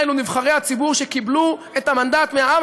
זה נבחרי הציבור שקיבלו את המנדט מהעם.